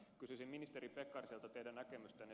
kysyisin ministeri pekkarisen näkemystä